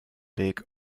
weg